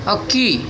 ಅಕ್ಕಿ